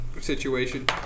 situation